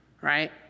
right